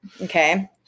Okay